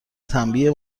تنبیه